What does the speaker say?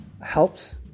helps